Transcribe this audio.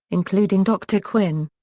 including dr. quinn.